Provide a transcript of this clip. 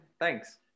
Thanks